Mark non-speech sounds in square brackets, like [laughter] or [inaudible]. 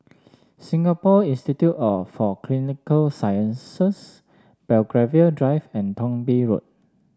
Singapore Institute [unintelligible] for Clinical Sciences Belgravia Drive and Thong Bee Road